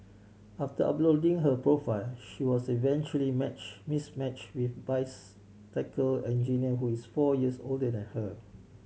after uploading her profile she was eventually match mismatch with engineer who is four years older than her